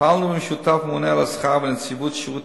פעלנו במשותף עם הממונה על השכר ונציבות שירות